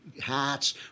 hats